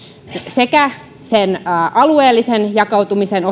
sekä sen alueellisen jakautumisen